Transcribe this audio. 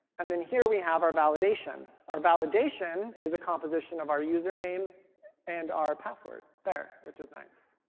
and then here we have our validation. our validation is a composition of our username and our password there which is nice.